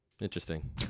Interesting